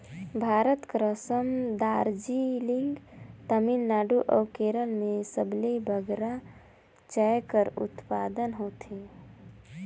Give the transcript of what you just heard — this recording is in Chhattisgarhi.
भारत कर असम, दार्जिलिंग, तमिलनाडु अउ केरल में सबले बगरा चाय कर उत्पादन होथे